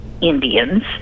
Indians